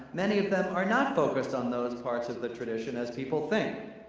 many of them are not focused on those parts of the tradition as people think.